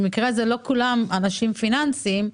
כאשר לא כולם אנשים פיננסיים,